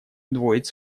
удвоить